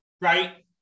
right